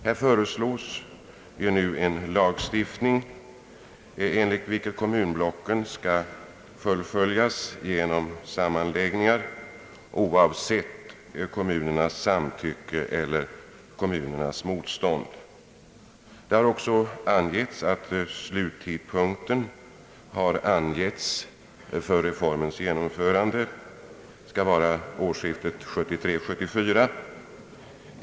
Här föreslås nu en lagstiftning enligt vilken kommunblocksindelningen skall fullföljas genom sammanläggningar oavsett samtycke eller motstånd från kommunernas sida. Det har också angetts att sluttidpunkten för reformens genomförande skall vara årsskiftet 1973—1974.